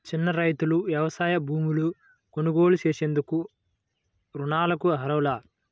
చిన్న రైతులు వ్యవసాయ భూములు కొనుగోలు చేసేందుకు రుణాలకు అర్హులా?